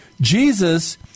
Jesus